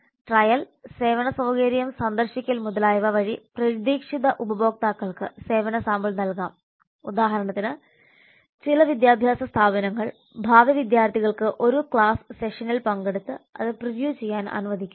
trial സേവന സൌകര്യം സന്ദർശിക്കൽ മുതലായവ വഴി പ്രതീക്ഷിത ഉപഭോക്താക്കൾക്ക് സേവന സാമ്പിൾ നൽകാം ഉദാഹരണത്തിന് ചില വിദ്യാഭ്യാസ സ്ഥാപനങ്ങൾ ഭാവി വിദ്യാർത്ഥികൾക്ക് ഒരു ക്ലാസ്സ് സെഷനിൽ പങ്കെടുത്ത് അത് പ്രിവ്യൂ ചെയ്യാൻ അനുവദിക്കുന്നു